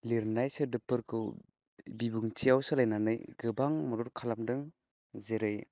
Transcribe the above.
लिरनाय सोदोबफोरखौ बिबुंथिआव सोलायनानै गोबां मदद खालामदों जेरै